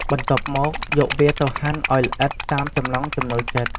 បន្ទាប់មក យកវាទៅហាន់ឱ្យល្អិតតាមចំណង់ចំណូលចិត្ត។